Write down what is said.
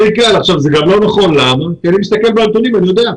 זה גם לא נכון כי אני מסתכל על הנתונים ואני יודע.